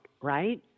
right